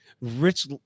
Rich